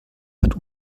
hat